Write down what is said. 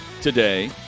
today